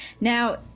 Now